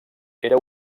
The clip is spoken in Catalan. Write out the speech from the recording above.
era